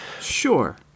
Sure